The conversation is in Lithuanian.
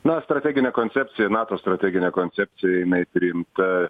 na strateginė koncepcija nato strateginė koncepcija jinai priimta